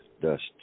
dust